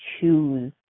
choose